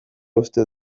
uste